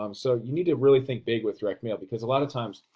um so you need to really think big with direct mail, because a lot of times,